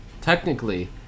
Technically